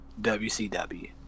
WCW